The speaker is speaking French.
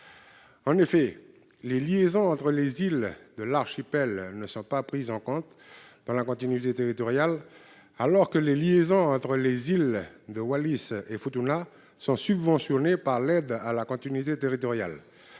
En effet, les liaisons entre les îles de l'archipel néo-calédonien ne sont pas prises en compte en matière de continuité territoriale, alors que les liaisons entre les îles de Wallis et Futuna sont subventionnées au titre de l'aide à la continuité territoriale.